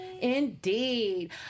Indeed